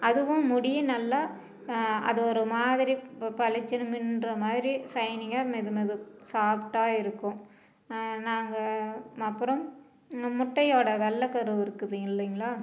அதுவும் முடிய நல்லா அது ஒரு மாதிரி பளிச்சுன்னு மின்னுற மாதிரி சைனிங்காக மெதுமெது சாஃப்டாக இருக்கும் நாங்கள் அப்பறம் இந்த முட்டையோடய வெள்ளைக்கருவு இருக்குது இல்லைங்களா